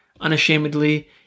unashamedly